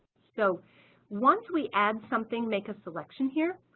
so once we add something make a selection here,